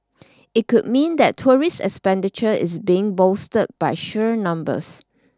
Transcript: it could mean that tourist expenditure is being bolstered by sheer numbers